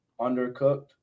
undercooked